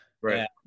right